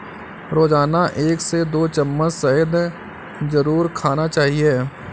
रोजाना एक से दो चम्मच शहद जरुर खाना चाहिए